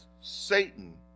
Satan